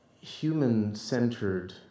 human-centered